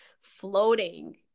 floating